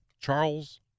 Charles